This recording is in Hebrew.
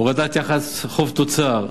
הורדת יחס חוב תוצר.